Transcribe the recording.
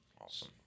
Awesome